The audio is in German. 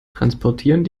transportieren